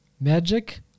magic